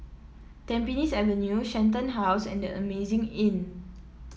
Tampines Avenue Shenton House and The Amazing Inn